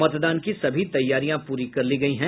मतदान की सभी तैयारियां पूरी कर ली गयी हैं